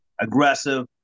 aggressive